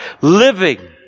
living